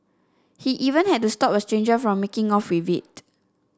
he even had to stop a stranger from making off with it